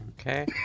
okay